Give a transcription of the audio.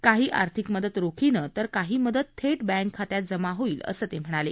काही आर्थिक मदत रोखीनं तर काही मदत थेट बँक खात्यात जमा होईल असं ते म्हणाले